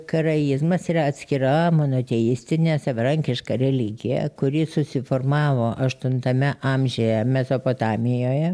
karaizmas yra atskira monoteistinė savarankiška religija kuri susiformavo aštuntame amžiuje mesopotamijoje